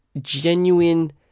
genuine